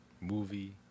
movie